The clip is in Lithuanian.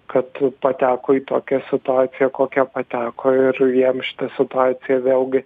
kad pateko į tokią situaciją kokią pateko ir jam šita situacija vėlgi